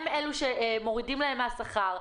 הם אלו שמורידים להם מהשכר,